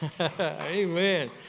amen